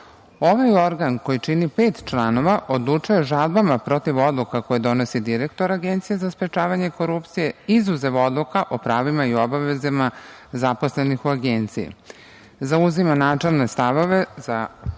organ, koji čini pet članova, odlučuje o žalbama protiv odluka koje donosi direktor Agencije za sprečavanje korupcije, izuzev odluka o pravima i obavezama zaposlenih u Agenciji,